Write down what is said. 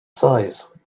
size